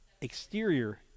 exterior